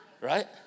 Right